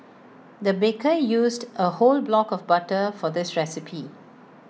the baker used A whole block of butter for this recipe